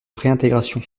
réintégration